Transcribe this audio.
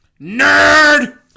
Nerd